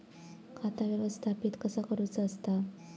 खाता व्यवस्थापित कसा करुचा असता?